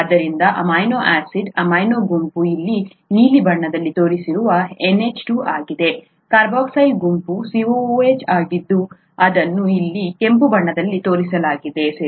ಆದ್ದರಿಂದ amino acid amino ಗುಂಪು ಇಲ್ಲಿ ನೀಲಿ ಬಣ್ಣದಲ್ಲಿ ತೋರಿಸಿರುವ NH2 ಆಗಿದೆ ಕಾರ್ಬಾಕ್ಸಿಲ್ ಗುಂಪು COOH ಆಗಿದ್ದು ಅದನ್ನು ಇಲ್ಲಿ ಕೆಂಪು ಬಣ್ಣದಲ್ಲಿ ತೋರಿಸಲಾಗಿದೆ ಸರಿ